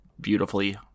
beautifully